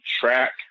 track